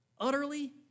Utterly